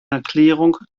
erklärung